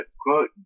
quote